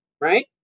right